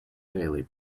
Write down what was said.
daily